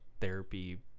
therapy